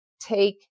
Take